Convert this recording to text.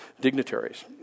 dignitaries